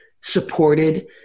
supported